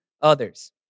others